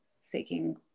seeking